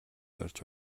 зорьж